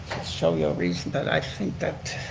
show you a reason that i think that,